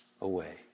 away